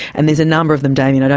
and there's a number of them, damien, and